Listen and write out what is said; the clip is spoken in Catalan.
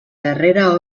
darrera